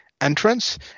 entrance